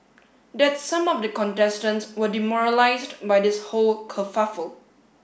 that some of the contestants were demoralised by this whole kerfuffle